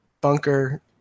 bunker